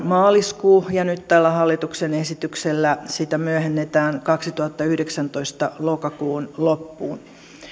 maaliskuu ja nyt tällä hallituksen esityksellä sitä myöhennetään vuoden kaksituhattayhdeksäntoista lokakuun loppuun